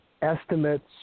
Estimates